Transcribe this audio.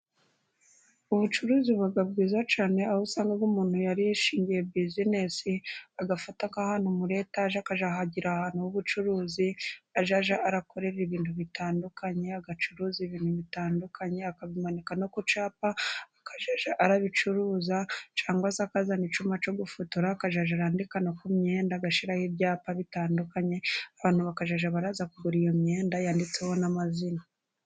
Ubucuruzi buba bwiza cyane, aho usanga umuntu yarishingiye bizinesi, agafata nk'ahantu muri etaje akahagira ahantu h'ubucuruzi azajya akorera ibintu bitandukanye, agacuruza ibintu bitandukanye, akabimanika no ku cyapa akazajya abicuruza cyangwa se akazana icyuma cyo gufotora akazajya yandika ku myenda, agashiraho ibyapa bitandukanye, abantu bakazajya baza kugura iyo myenda yanditseho n'amazina.